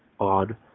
On